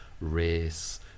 race